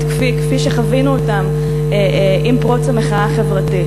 כפי שחווינו אותן עם פרוץ המחאה החברתית.